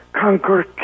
conquer